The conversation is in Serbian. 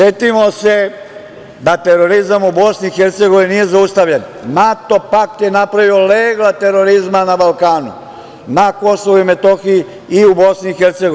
Setimo se da terorizam u BiH nije zaustavljen, NATO pakt je napravio leglo terorizma na Balkanu, na KiM i u BiH.